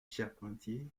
charpentier